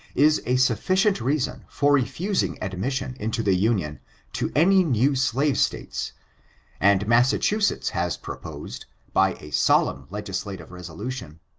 is a suflbcient reason for refusing admission into the union to any new slave states and massachusetts has proposed, by a solemn legislative resolution,